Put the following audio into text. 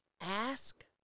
Ask